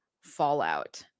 fallout